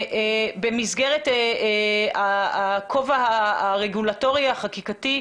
במסגרת הכובע הרגולטורי החקיקתי,